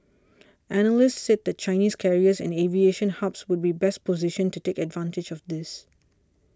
analysts said that Chinese carriers and aviation hubs would be best positioned to take advantage of this